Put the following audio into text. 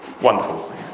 Wonderful